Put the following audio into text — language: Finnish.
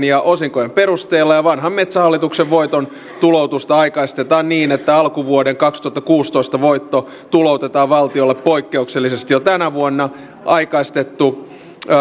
ja osinkojen perusteella ja vanhan metsähallituksen voiton tuloutusta aikaistetaan niin että alkuvuoden kaksituhattakuusitoista voitto tuloutetaan valtiolle poikkeuksellisesti jo tänä vuonna aikaistettu